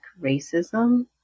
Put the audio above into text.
racism